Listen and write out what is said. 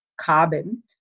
carbon